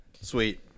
Sweet